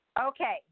Okay